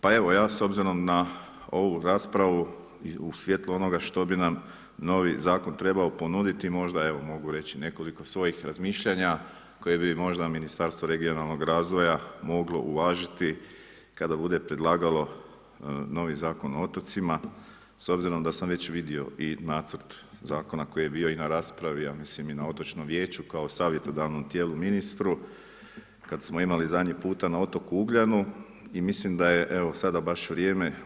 Pa evo, ja s obzirom na ovu raspravu u svjetlu onoga što bi nam novi zakon trebao ponuditi, možda evo mogu reći nekoliko svojih razmišljanja koje bi možda Ministarstvo regionalnog razvoja moglo uvažiti kada bude predlagalo novi Zakon o otocima s obzirom da sam već vidio i nacrt zakona koji je bio i na raspravi, ja mislim i na otočnom vijeću kao savjetodavno tijelo ministru, kad smo imali zadnji puta na otoku Ugljenu i mislim da je evo sada baš vrijeme.